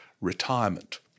retirement